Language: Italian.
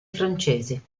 francesi